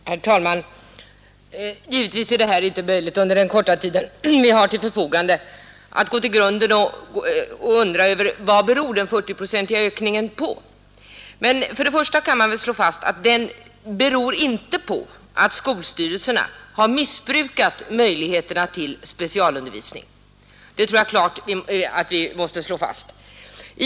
Herr talman! Givetvis är det inte möjligt att med den korta tid vi har till förfogande gå till grunden och utreda vad den 40-procentiga ökningen beror på. Man kan slå fast att den inte beror på att skolstyrelserna har missbrukat möjligheterna till specialundervisning.